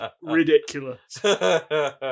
ridiculous